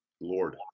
Lord